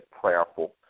prayerful